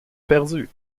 perdu